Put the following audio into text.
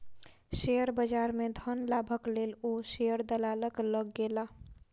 share बजार में धन लाभक लेल ओ शेयर दलालक लग गेला